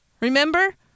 Remember